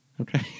Okay